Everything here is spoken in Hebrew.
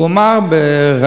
שוויתר על יהדותו.